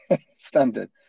Standard